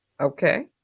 Okay